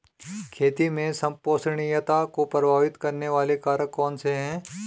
खेती में संपोषणीयता को प्रभावित करने वाले कारक कौन से हैं?